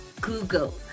google